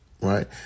Right